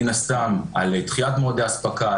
מן הסתם על דחיית מועדי אספקה,